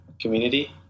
community